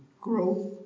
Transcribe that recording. growth